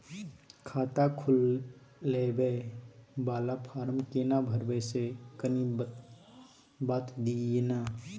खाता खोलैबय वाला फारम केना भरबै से कनी बात दिय न?